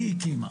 והיא הקימה,